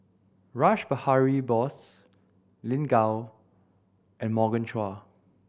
Rash Behari Bose Lin Gao and Morgan Chua